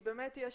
באמת יש